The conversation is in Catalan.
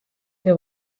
que